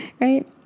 Right